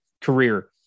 career